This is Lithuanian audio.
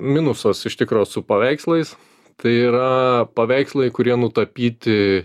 minusas iš tikro su paveikslais tai yra paveikslai kurie nutapyti